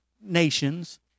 Nations